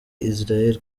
israel